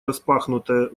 распахнутое